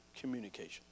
communication